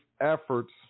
efforts